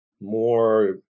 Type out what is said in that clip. more